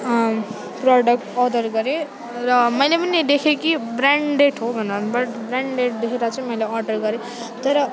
product order गरेँ र मैले पनि देखेँ कि ब्रेन्डेड हो भनेर बट ब्रेन्डेड देखेर चाहिँ मैले अर्डर गरेँ तर